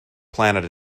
planet